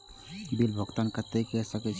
Bill भुगतान केते से कर सके छी?